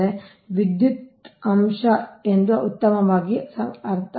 ನಿಮ್ಮ KVA ಬೇಡಿಕೆ ಕಡಿಮೆಯಿದ್ದರೆ ವಿದ್ಯುತ್ ಅಂಶ ಉತ್ತಮವಾಗಿದೆ ಎಂದರ್ಥ